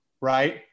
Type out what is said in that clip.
right